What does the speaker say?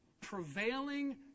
prevailing